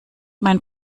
mein